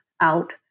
out